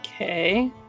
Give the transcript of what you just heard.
Okay